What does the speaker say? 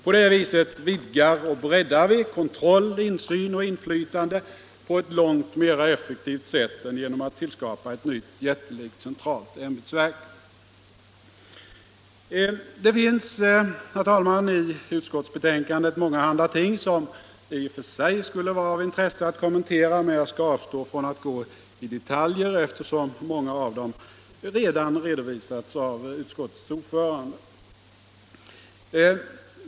På det viset vidgar och breddar vi kontroll, insyn och inflytande på ett långt mera effektivt sätt än genom att tillskapa ett nytt jättelikt centralt ämbetsverk. Det finns, herr talman, i utskottsbetänkandet mångahanda ting som i och för sig skulle vara av intresse att kommentera, men jag skall avstå från att gå in i detaljer eftersom många av dem redan har redovisats av utskottets ordförande.